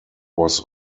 was